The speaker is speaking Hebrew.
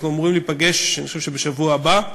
אנחנו אמורים להיפגש, אני חושב, בשבוע הבא,